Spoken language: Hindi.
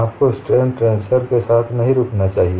आपको स्ट्रेन टेंसर के साथ नहीं रुकना चाहिए